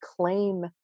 claim